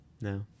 no